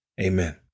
Amen